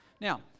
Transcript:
Now